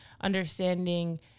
understanding